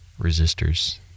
resistors